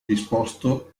disposto